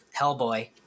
Hellboy